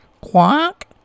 Quack